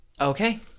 Okay